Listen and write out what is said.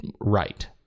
right